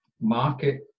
market